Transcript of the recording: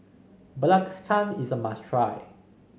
belacan is a must try